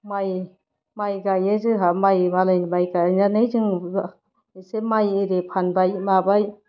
माइ गायो जोंहा माइ मालायनि माइ गायनानै जों एसे माइ आरि फानबाय माबाय